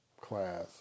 class